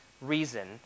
reason